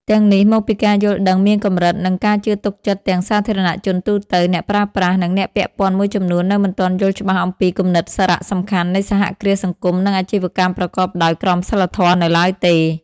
ទាំងនេះមកពីការយល់ដឹងមានកម្រិត និងការជឿទុកចិត្តទាំងសាធារណជនទូទៅ អ្នកប្រើប្រាស់ និងអ្នកពាក់ព័ន្ធមួយចំនួននៅមិនទាន់យល់ច្បាស់អំពីគំនិតសារៈសំខាន់នៃសហគ្រាសសង្គម និងអាជីវកម្មប្រកបដោយក្រមសីលធម៌នៅឡើយទេ ។